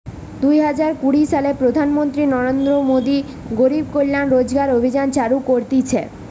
দুই হাজার কুড়ি সালে প্রধান মন্ত্রী নরেন্দ্র মোদী গরিব কল্যাণ রোজগার অভিযান চালু করিছে